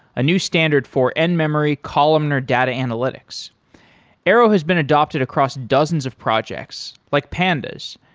a new standard for end-memory columnar data analytics arrow has been adapted across dozens of projects, like pandas,